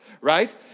right